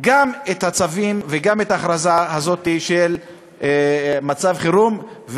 גם את הצווים וגם את ההכרזה על מצב חירום.